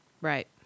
right